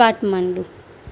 Kathmandu